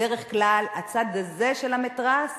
בדרך כלל הצד הזה של המתרס